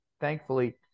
thankfully